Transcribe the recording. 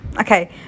okay